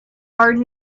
are